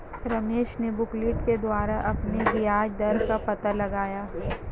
रमेश ने बुकलेट के द्वारा अपने ब्याज दर का पता लगाया